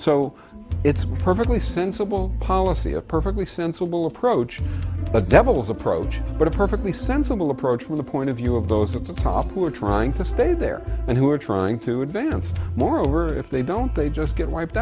so it's a perfectly sensible policy a perfectly sensible approach a devil's approach but a perfectly sensible approach from the point of view of those of the cop who are trying to stay there and who are trying to advance moreover if they don't they just get wiped